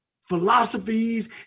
philosophies